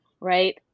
right